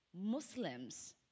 Muslims